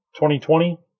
2020